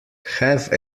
have